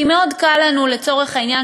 כי מאוד קל לנו לצורך העניין,